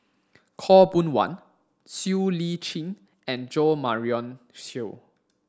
Khaw Boon Wan Siow Lee Chin and Jo Marion Seow